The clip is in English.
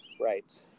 Right